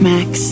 Max